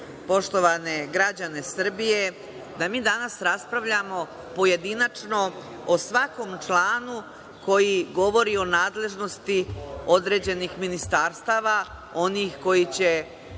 poštovane građane Srbije, da mi danas raspravljamo pojedinačno o svakom članu koji govori o nadležnosti određenih ministarstava, onih koji će